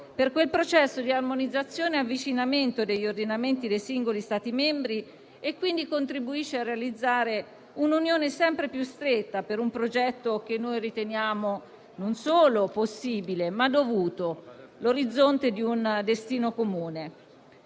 per il processo di armonizzazione e avvicinamento degli ordinamenti dei singoli Stati membri, che quindi contribuisce a realizzare un'Unione sempre più stretta per un progetto che riteniamo non solo possibile, ma dovuto, l'orizzonte di un destino comune.